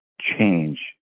change